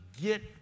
get